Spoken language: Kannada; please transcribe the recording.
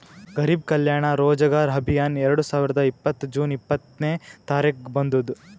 ಗರಿಬ್ ಕಲ್ಯಾಣ ರೋಜಗಾರ್ ಅಭಿಯಾನ್ ಎರಡು ಸಾವಿರದ ಇಪ್ಪತ್ತ್ ಜೂನ್ ಇಪ್ಪತ್ನೆ ತಾರಿಕ್ಗ ಬಂದುದ್